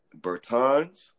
Bertans